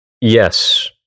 Yes